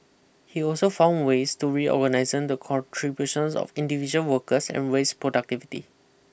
he also found ways to recognising the contributions of individual workers and raise productivity